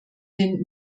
den